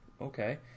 okay